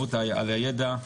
מיעוט הידע,